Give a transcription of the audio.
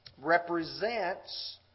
represents